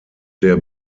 der